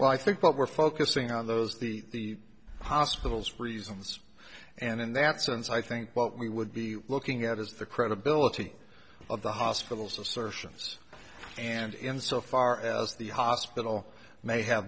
well i think what we're focusing on those the hospital's reasons and in that sense i think what we would be looking at is the credibility of the hospitals assertions and in so far as the hospital may have